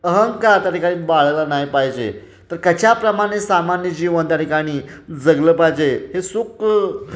अहंकार त्या ठिकाणी बाळायला नाही पाहिजे तर कचाप्रमाणे सामान्य जीवन त्या ठिकाणी जगलं पाहिजे हे सुख